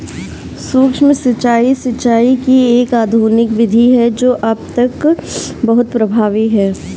सूक्ष्म सिंचाई, सिंचाई की एक आधुनिक विधि है जो अब तक बहुत प्रभावी है